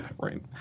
right